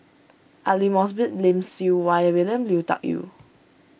Aidli Mosbit Lim Siew Wai William Lui Tuck Yew